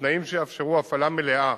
בתנאים שיאפשרו הפעלה מלאה